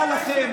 החברים שלך.